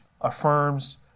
affirms